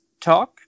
talk